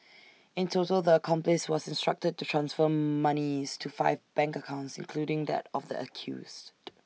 in total the accomplice was instructed to transfer monies to five bank accounts including that of the accused